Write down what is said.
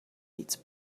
eats